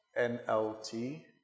NLT